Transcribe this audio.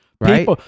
Right